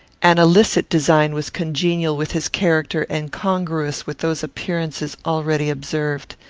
an illicit design was congenial with his character and congruous with those appearances already observed.